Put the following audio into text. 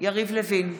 יריב לוין,